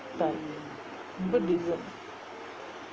ரொம்ப:romba different